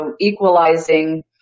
equalizing